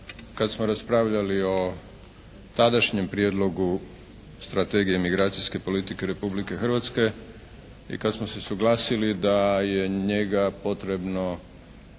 kad smo raspravljali o tadašnjem Prijedlogu Strategije migracijske politike Republike Hrvatske i kad smo se suglasili da je njega potrebno